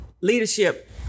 Leadership